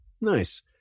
nice